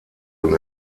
und